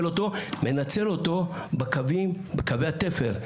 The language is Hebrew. מנצל אותו בקווי התפר.